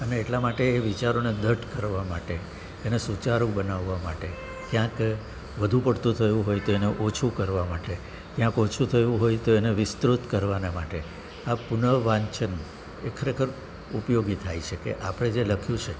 અને એટલા માટે એ વિચારોને દૃઢ કરવા માટે એને સુચારું બનાવવા માટે ક્યાંક વધું પડતું થયું હોય તો એને ઓછું કરવા માટે ક્યાંક ઓછું થયું હોય તો એને વિસ્તૃત કરવાના માટે આ પુન વાંચન એ ખરેખર ઉપયોગી થઈ શકે આપણે જે લખ્યું છે